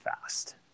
fast